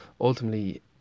ultimately